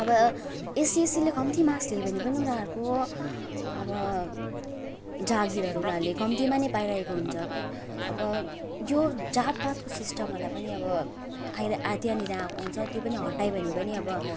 अब एससी एससीले कम्ती मार्क्स ल्यायो भने पनि उनीहरूको अब जागिरहरू उनीहरूले कम्तीमा नै पाइरहेको हुन्छ के अब जो जातपातको सिस्टमहरूलाई पनि अब आइरा आ त्यहाँनिर आउँछ त्यो पनि हटायो भने पनि अब